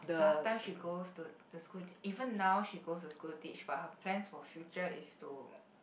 last time she goes to to school even now she goes to school teach but her plans for future is to